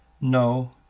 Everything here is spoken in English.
No